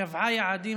קבעה יעדים,